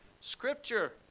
scripture